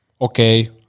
okay